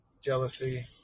jealousy